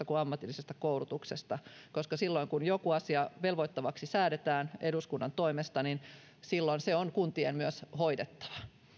kuin ammatillisessa koulutuksessa koska silloin kun joku asia velvoittavaksi säädetään eduskunnan toimesta silloin se on kuntien myös hoidettava